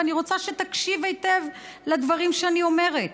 ואני רוצה שתקשיב היטב לדברים שאני אומרת.